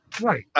right